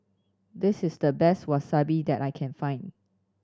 this is the best Wasabi that I can find